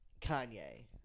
Kanye